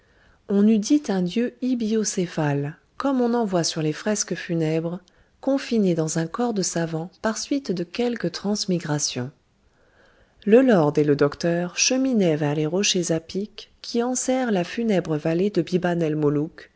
on eût dit un dieu ibiocéphale comme on en voit sur les fresques funèbres confiné dans un corps de savant par suite de quelque transmigration le lord et le docteur cheminaient vers les rochers à pic qui enserrent la funèbre vallée de